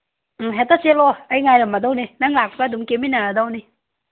ꯎꯝ ꯍꯦꯛꯇ ꯆꯦꯜꯂꯛꯑꯣ ꯑꯩ ꯉꯥꯏꯔꯝꯃꯗꯧꯅꯦ ꯅꯪ ꯂꯥꯛꯄꯒ ꯑꯗꯨꯝ ꯀꯦꯃꯤꯟꯅꯔꯗꯧꯅꯤ